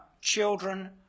children